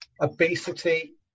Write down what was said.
obesity